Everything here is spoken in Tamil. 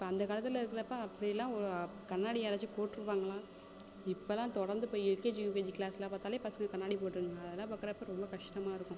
இப்போ அந்த காலத்தில் இருக்கிறப்ப அப்படில்லாம் ஒரு கண்ணாடி யாராச்சும் போட்டுருப்பாங்களா இப்போல்லாம் தொடர்ந்து இப்போ எல்கேஜி யூகேஜி க்ளாஸில் பார்த்தாலே பசங்க கண்ணாடி போட்டுருக்குங்க அதெலாம் பார்க்குறப்ப ரொம்ப கஸ்டமாக இருக்கும்